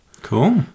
Cool